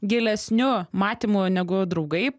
gilesniu matymu negu draugai